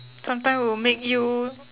sometime will make you